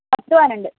പത്ത് പവനുണ്ട്